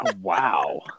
Wow